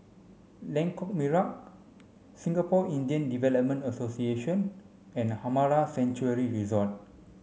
Lengkok Merak Singapore Indian Development Association and Amara Sanctuary Resort